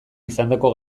izandako